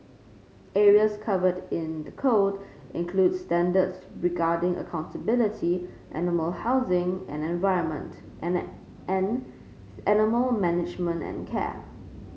areas covered in the code include standards regarding accountability animal housing and environment and animal management and care